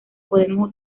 podemos